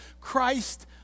Christ